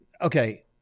Okay